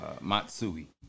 Matsui